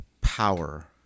power